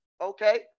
Okay